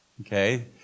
Okay